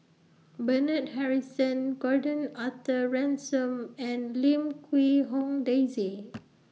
Bernard Harrison Gordon Arthur Ransome and Lim Quee Hong Daisy